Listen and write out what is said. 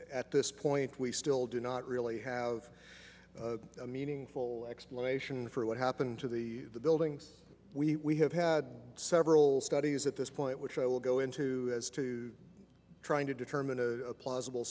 at this point we still do not really have a meaningful explanation for what happened to the buildings we have had several studies at this point which i will go into as to trying to determine a plausible